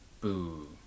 boo